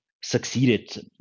succeeded